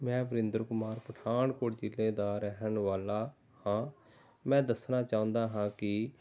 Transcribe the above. ਮੈਂ ਵਰਿੰਦਰ ਕੁਮਾਰ ਪਠਾਨਕੋਟ ਜ਼ਿਲ੍ਹੇ ਦਾ ਰਹਿਣ ਵਾਲਾ ਹਾਂ ਮੈਂ ਦੱਸਣਾ ਚਾਹੁੰਦਾ ਹਾਂ ਕਿ